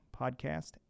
podcast